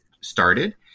started